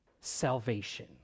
salvation